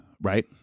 right